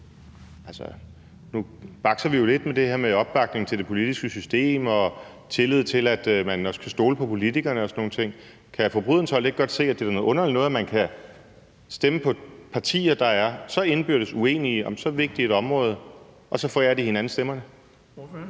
Nu bakser vi jo lidt med det her med opbakning til det politiske system og tillid til, at man også kan stole på politikerne og sådan nogle ting. Kan fru Helene Liliendahl Brydensholt ikke godt se, at det er noget underligt noget, at man kan stemme på partier, der er så indbyrdes uenige om så vigtigt et område, og så forærer de hinanden stemmerne?